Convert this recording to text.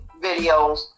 videos